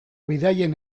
bidaien